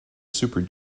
super